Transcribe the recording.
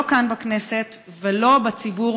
לא כאן בכנסת ולא בציבור: